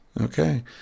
Okay